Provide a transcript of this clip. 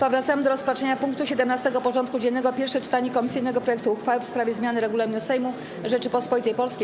Powracamy do rozpatrzenia punktu 17. porządku dziennego: Pierwsze czytanie komisyjnego projektu uchwały w sprawie zmiany Regulaminu Sejmu Rzeczypospolitej Polskiej.